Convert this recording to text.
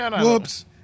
Whoops